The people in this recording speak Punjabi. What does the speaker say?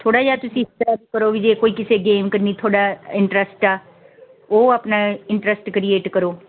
ਥੋੜ੍ਹਾ ਜਿਹਾ ਤੁਸੀਂ ਇਸ ਤਰ੍ਹਾਂ ਵੀ ਕਰੋ ਵੀ ਜੇ ਕੋਈ ਕਿਸੇ ਗੇਮ ਕਰਨੀ ਥੋੜ੍ਹਾ ਇੰਟਰਸਟ ਆ ਉਹ ਆਪਣਾ ਇੰਟਰਸਟ ਕ੍ਰੀਏਟ ਕਰੋ